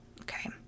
Okay